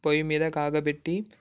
పొయ్యి మీద కాగబెట్టి